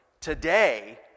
Today